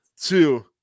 Two